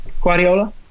Guardiola